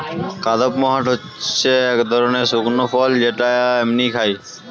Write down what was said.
কাদপমহাট হচ্ছে এক ধরনের শুকনো ফল যেটা এমনই খায়